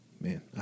Man